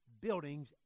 buildings